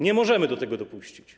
Nie możemy do tego dopuścić.